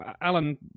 Alan